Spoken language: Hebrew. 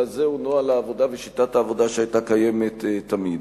אלא זהו נוהל העבודה ושיטת העבודה שהיו קיימים תמיד.